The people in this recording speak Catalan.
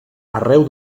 arreu